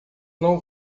não